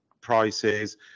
prices